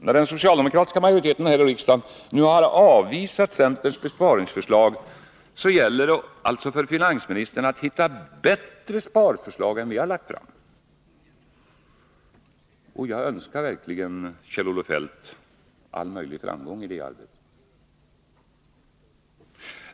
När den socialdemokratiska majoriteten här i riksdagen nu har avvisat centerns besparingsförslag gäller det alltså för finansministern att hitta bättre sparförslag än de vi har lagt fram. Jag önskar verkligen Kjell-Olof Feldt all möjlig framgång i detta arbete.